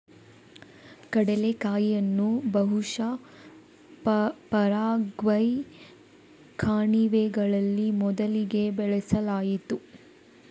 ಕಡಲೆಕಾಯಿಯನ್ನು ಬಹುಶಃ ಪರಾಗ್ವೆಯ ಕಣಿವೆಗಳಲ್ಲಿ ಮೊದಲಿಗೆ ಬೆಳೆಸಲಾಯಿತು